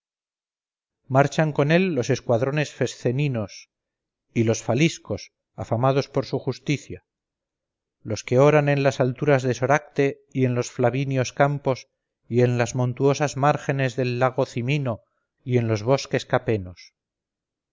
marchan con él los escuadrones fesceninos y los faliscos afamados por su justicia los que oran en las alturas de soracte y en los flavinios campos y en las montuosas márgenes del lago cimino y en los bosques capenos